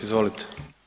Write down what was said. Izvolite.